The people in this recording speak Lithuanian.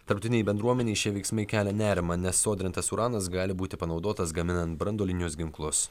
tarptautinei bendruomenei šie veiksmai kelia nerimą nesodrintas uranas gali būti panaudotas gaminant branduolinius ginklus